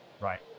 Right